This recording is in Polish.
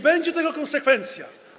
Będzie tego konsekwencja.